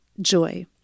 joy